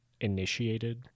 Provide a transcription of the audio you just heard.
initiated